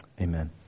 Amen